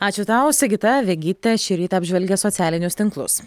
ačiū tau sigita vegytė šį rytą apžvelgė socialinius tinklus